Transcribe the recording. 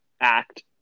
act